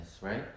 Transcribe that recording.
right